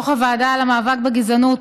דוח הוועדה למאבק בגזענות